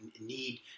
need